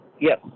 yes